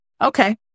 okay